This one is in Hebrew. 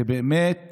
ובאמת